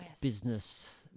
business